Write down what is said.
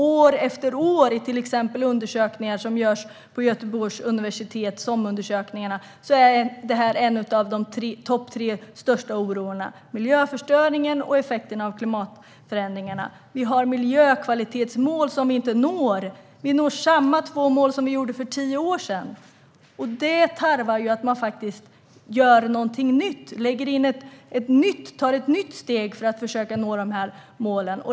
År efter år i SOM-undersökningarna som görs vid Göteborgs universitet är det här en av de saker som ligger i topp tre över vad man oroar sig för - miljöförstöringen och effekten av klimatförändringarna. Vi har miljökvalitetsmål som vi inte når. Vi når samma två mål som vi gjorde för tio år sedan. Det tarvar att man faktiskt gör någonting nytt och tar ett steg för att försöka nå de här målen.